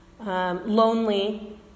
Lonely